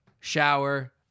shower